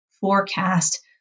forecast